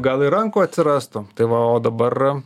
gal ir rankų atsirastų tai va o dabar